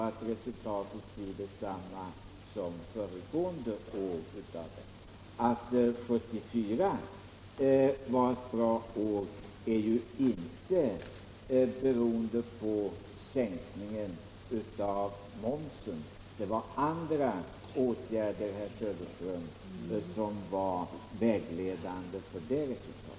Att 1974 blev ett bra år berodde inte på sänkningen av momsen. Det var andra åtgärder, herr Söderström, som ledde till det resultatet.